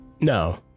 No